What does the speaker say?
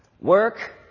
Work